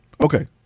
Okay